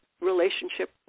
relationship